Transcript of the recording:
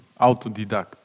autodidact